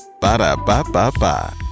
Ba-da-ba-ba-ba